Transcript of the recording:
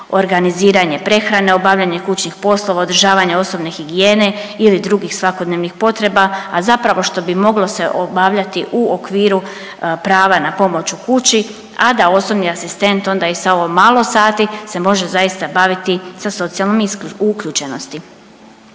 organiziranje prehrane, obavljanje kućnih poslova, održavanje osobne higijene ili drugih svakodnevnih potreba, a zapravo što bi moglo se obavljati u okviru prava na pomoć u kući, a da osobni asistent onda i sa ovo malo sati se može zaista baviti sa socijalnom uključenosti.